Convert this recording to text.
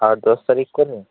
আট দশ তারিখ করে